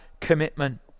commitment